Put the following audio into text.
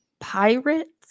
pirates